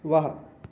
वाह